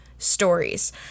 stories